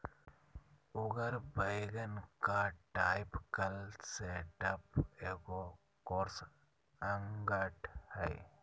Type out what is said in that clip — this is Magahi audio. उगर वैगन का टायपकल सेटअप एगो कोर्स अंगठ हइ